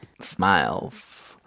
Smiles